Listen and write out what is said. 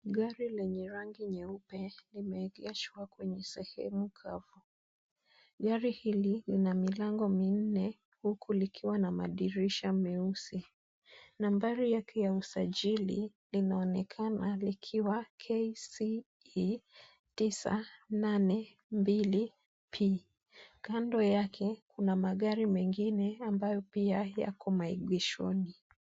Gari lenye rangi nyeupe, limeegeshwa kwenye sehemu kavu. Gari hili, lina milango minne huku likiwa na madirisha meusi. Nambari yake ya usajili linaonekana likiwa KCE 982P. Kando yake, kuna magari mengine ambayo pia yako maegeshoni.